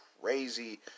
crazy